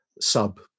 sub